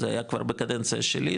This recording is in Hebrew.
זה היה בקדנציה שלי,